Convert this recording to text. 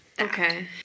okay